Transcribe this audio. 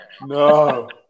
No